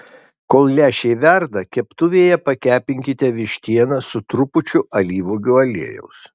kol lęšiai verda keptuvėje pakepinkite vištieną su trupučiu alyvuogių aliejaus